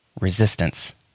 resistance